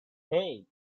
hey